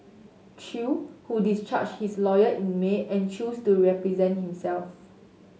Chew who discharged his lawyer in May and chose to represent himself